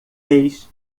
fez